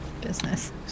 business